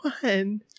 one